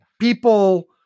people